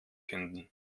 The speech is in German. finden